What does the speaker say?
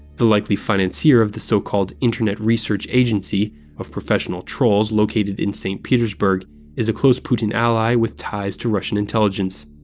the likely financier of the so-called internet research agency of professional trolls located in saint petersburg is a close putin ally with ties to russian intelligence.